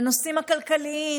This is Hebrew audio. בנושאים הכלכליים,